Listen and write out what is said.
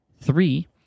Three